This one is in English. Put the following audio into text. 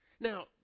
Now